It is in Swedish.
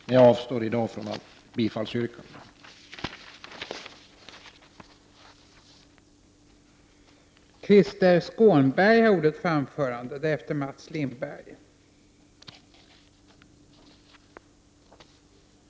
Men jag avstår i dag från att yrka bifall till denna reservation.